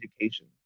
education